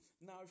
Now